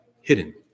hidden